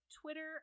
Twitter